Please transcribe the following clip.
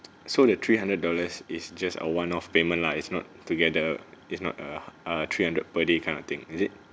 so that three hundred dollars is just a one off payment lah it's not together if not uh uh three hundred per day kind of thing is it